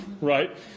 right